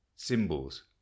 Symbols